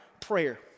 prayer